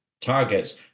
targets